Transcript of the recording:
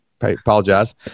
Apologize